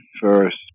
first